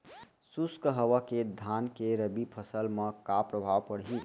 शुष्क हवा के धान के रबि फसल मा का प्रभाव पड़ही?